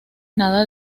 nada